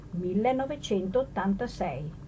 1986